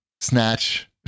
snatch